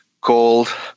called